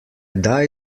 daj